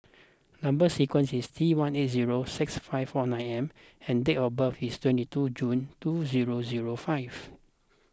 Number Sequence is T one eight zero six five four nine M and date of birth is twenty two June two zero zero five